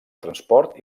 transport